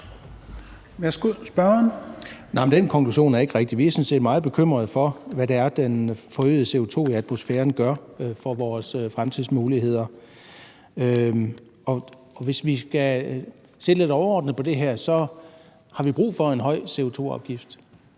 Den konklusion er ikke rigtig. Vi er sådan set meget bekymrede for, hvad det er, den forøgede CO2 i atmosfæren gør for vores fremtidsmuligheder, og hvis vi skal se lidt overordnet på det her, har vi brug for en høj CO2-afgift.